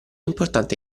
importante